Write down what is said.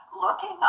looking